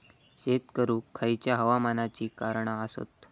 शेत करुक खयच्या हवामानाची कारणा आसत?